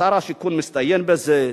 שר השיכון מצטיין בזה.